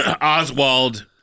Oswald